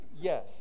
Yes